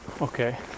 Okay